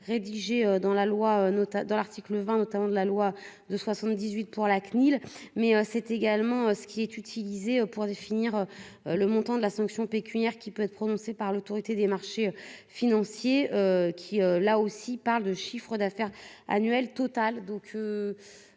loi dans l'article 20 autant de la loi de 78 pour la CNIL, mais c'est également ce qui est utilisé pour définir le montant de la sanction pécuniaires qui peuvent être prononcées par l'Autorité des marchés financiers qui là aussi par le chiffre d'affaires annuel total